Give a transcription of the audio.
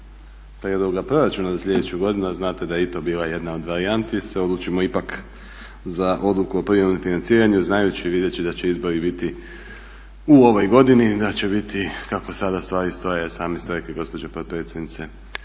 proračuna za sljedeću godinu, a znate da je i to bila jedna od varijanti se odlučimo ipak za Odluku o privremenom financiranju znajući i vidjeti da će izbori biti u ovoj godini, da će biti kako sada stvari stoje, a sami ste rekli gospođo potpredsjednice,